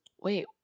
wait